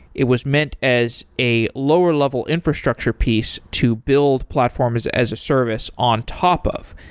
it was meant as a lower level infrastructure piece to build platforms as a service on top of,